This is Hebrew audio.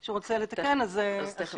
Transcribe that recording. שהוא רוצה לתקן אז שיתקן.